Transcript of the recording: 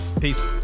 peace